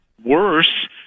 Worse